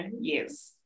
yes